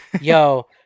yo